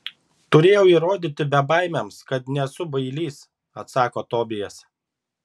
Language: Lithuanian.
turėjau įrodyti bebaimiams kad nesu bailys atsako tobijas